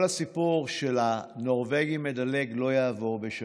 כל הסיפור של הנורבגי המדלג לא יעבור בשלום.